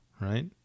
right